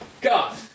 God